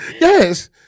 yes